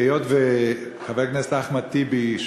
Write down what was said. היות שחבר הכנסת אחמד טיבי,